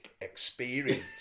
experience